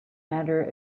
matter